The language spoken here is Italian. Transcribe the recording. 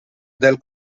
del